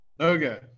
Okay